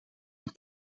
een